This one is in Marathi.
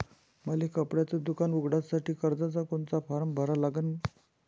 मले कपड्याच दुकान उघडासाठी कर्जाचा कोनचा फारम भरा लागन?